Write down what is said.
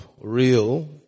real